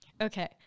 okay